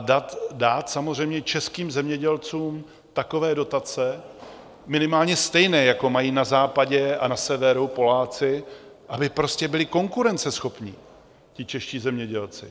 A dát samozřejmě českým zemědělcům takové dotace, minimálně stejné, jako mají na západě a na severu Poláci, aby prostě byli konkurenceschopní ti čeští zemědělci.